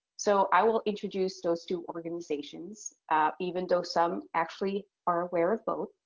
so i will introduce those two organizations even though some actually are aware of both.